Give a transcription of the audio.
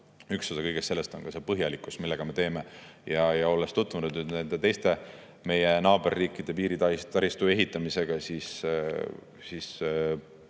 üks osa kõigest sellest on ka põhjalikkus, millega me seda teeme. Olles tutvunud nende teiste, meie naaberriikide piiritaristu ehitamisega,